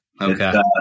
Okay